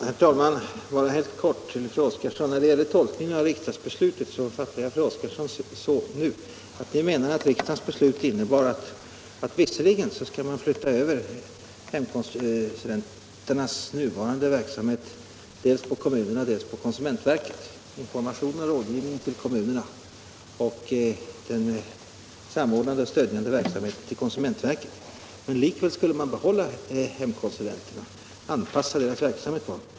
Herr talman! Bara helt kort till fru Oskarsson: När det gäller tolkningen av riksdagsbeslutet fattar jag fru Oskarsson så, att ni menar att riksdagens beslut innebar att man visserligen skall flytta över hemkonsulenternas nuvarande verksamhet dels på kommunerna, dels på konsumentverket = information och rådgivning på kommunerna och den samordnande och stödjande verksamheten på konsumentverket —- men att man likväl skall behålla hemkonsulenterna och anpassa deras uppgifter.